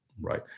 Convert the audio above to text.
right